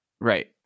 Right